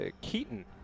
Keaton